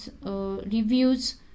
reviews